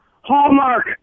Hallmark